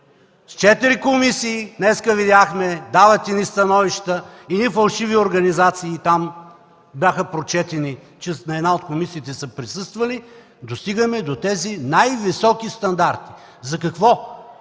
– четири комисии, днес видяхме, дават едни становища, едни фалшиви организации там бяха прочетени, че в една от комисиите са присъствали, за да достигаме до тези най-високи стандарти. За какво?